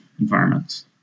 environments